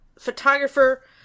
photographer